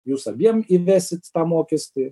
jūs abiem įvesit tą mokestį